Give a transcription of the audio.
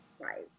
Right